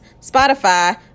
Spotify